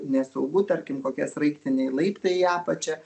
nesaugu tarkim kokie sraigtiniai laiptai į apačią